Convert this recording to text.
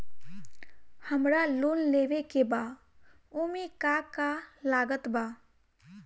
हमरा लोन लेवे के बा ओमे का का लागत बा?